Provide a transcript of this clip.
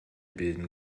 bilden